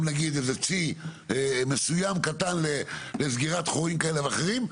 נגיד איזה צי מסוים קטן לסגירת חורים כאלה ואחרים.